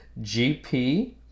GP